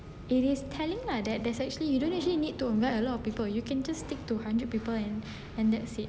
it is telling lah that that's actually you don't actually need to invite a lot of people you can just stick two hundred people and and that's it